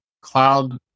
cloud